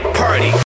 party